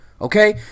Okay